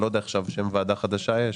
אני לא יודע עכשיו יש ועדה חדשה יש?